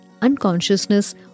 unconsciousness